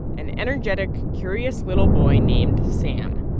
an energetic, curious little boy named sam.